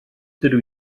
dydw